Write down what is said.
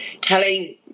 telling